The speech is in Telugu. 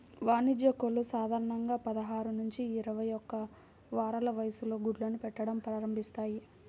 వాణిజ్య కోళ్లు సాధారణంగా పదహారు నుంచి ఇరవై ఒక్క వారాల వయస్సులో గుడ్లు పెట్టడం ప్రారంభిస్తాయి